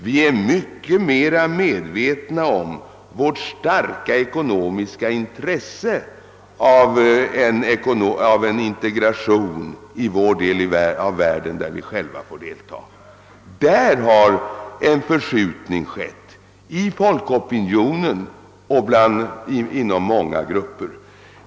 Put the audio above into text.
Vi är mycket mera medvetna om vårt starka ekonomiska intresse av en integration av vår del av världen, där vi själva får delta. Härvidlag har en förskjutning skett i folkopinionen och inom många grupper.